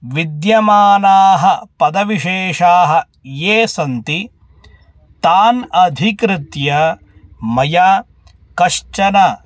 विद्यमानाः पदविशेषाः ये सन्ति तान् अधिकृत्य मया कश्चन